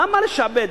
למה לשעבד,